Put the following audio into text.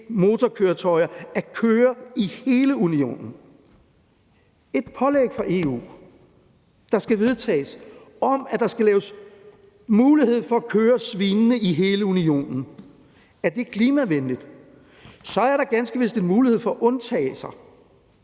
LNG-motorkøretøjer at køre i hele Unionen. Der er altså tale om et pålæg fra EU, der skal vedtages, om, at der skal laves mulighed for at køre svinende i hele Unionen. Er det klimavenligt? Så er der ganske vist en mulighed for undtagelser.